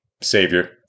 savior